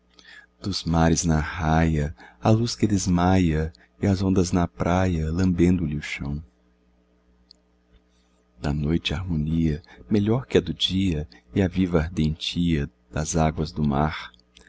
dos mares na raia a luz que desmaia e as ondas na praia lambendo-lhe o chão da noite a harmonia melhor que a do dia e a viva ardentia das águas do mar